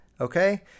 okay